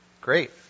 great